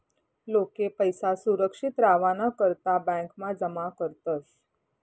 लोके पैसा सुरक्षित रावाना करता ब्यांकमा जमा करतस